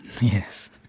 Yes